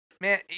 man